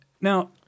Now